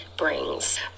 Brings